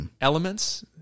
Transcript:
elements